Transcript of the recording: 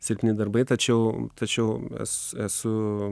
silpni darbai tačiau tačiau es esu